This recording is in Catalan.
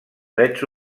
drets